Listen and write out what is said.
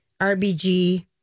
rbg